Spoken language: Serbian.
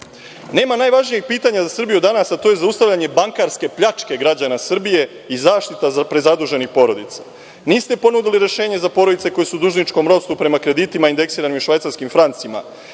Nema najvažnije pitanja za Srbiju danas, a to je zaustavljanje bankarske pljačke građana Srbije i zaštita prezaduženih porodica. Niste ponudili rešenje za porodice koje su u dužničkom ropstvu prema kreditima indeksiranim u švajcarskim francima